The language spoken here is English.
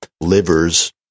livers